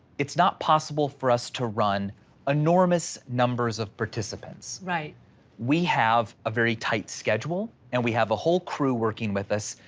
it's not possible for us to run enormous numbers of participants. we have a very tight schedule, and we have a whole crew working with us,